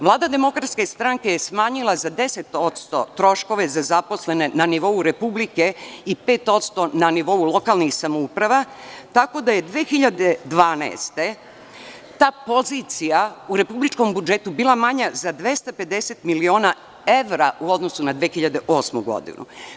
Vlada DS je smanjila za 10% troškove za zaposlene na nivou republike i 5% na nivou lokalnih samouprava, tako da je 2012. godine ta pozicija u republičkom budžetu bila manja za 250 miliona evra u odnosu na 2008. godinu.